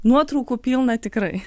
nuotraukų pilna tikrai